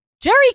Jerry